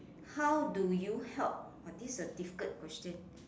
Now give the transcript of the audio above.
how do you help !wah! this is a difficult question